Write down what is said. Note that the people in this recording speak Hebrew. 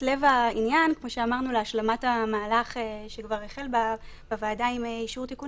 לב העניין להשלמת המהלך שכבר החל הוועדה עם אישור תיקון